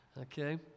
okay